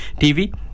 TV